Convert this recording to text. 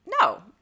No